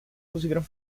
conseguiram